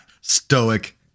Stoic